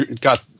got